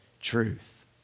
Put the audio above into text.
truth